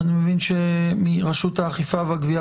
אני מבין שמרשות האכיפה והגבייה,